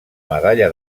medalla